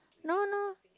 no no